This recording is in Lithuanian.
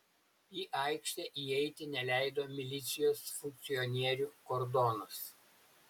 į aikštę įeiti neleido milicijos funkcionierių kordonas